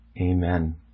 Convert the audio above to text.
amen